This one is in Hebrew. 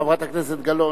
חברת הכנסת גלאון.